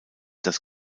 das